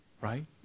Right